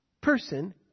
person